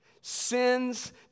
sins